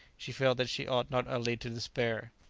she felt that she ought not utterly to despair.